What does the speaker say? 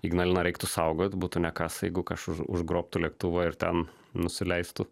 ignaliną reiktų saugot būtų ne kas jeigu kas užgrobtų lėktuvą ir ten nusileistų